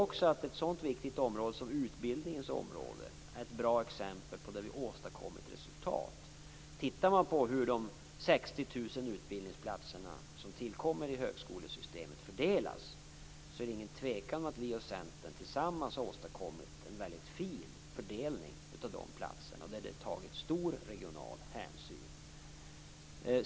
Också ett sådant viktigt område som utbildning är ett bra exempel på att vi nått resultat. Ser man på hur de 60 000 utbildningsplatser som tillkommit i högskolesystemet fördelas, är det ingen tvekan om att vi och Centern tillsammans har åstadkommit en väldigt fin fördelning av platserna. Det har visats stor regional hänsyn.